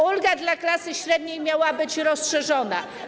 Ulga dla klasy średniej miała być rozszerzona.